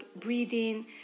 breathing